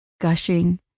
gushing